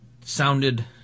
sounded